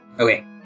Okay